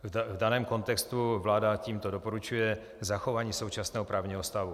V daném kontextu vláda tímto doporučuje zachování současného právního stavu.